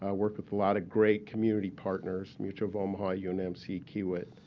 i worked with a lot of great community partners mutual of omaha, unmc, kiewit,